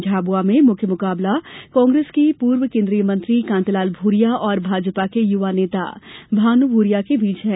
झाबुआ में मुख्य मुकाबला कांग्रेस के पूर्व केंद्रीय मंत्री कांतिलाल भूरिया और भाजपा के युवा नेता भानु भूरिया के मध्य है